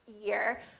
year